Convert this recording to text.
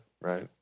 right